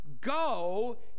go